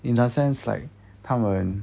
in a sense like 他们